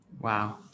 Wow